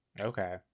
Okay